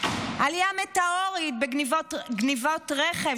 עלייה מטאורית בגנבות רכב,